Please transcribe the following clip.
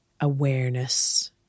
awareness